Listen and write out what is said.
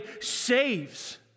saves